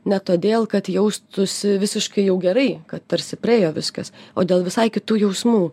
ne todėl kad jaustųsi visiškai jau gerai kad tarsi praėjo viskas o dėl visai kitų jausmų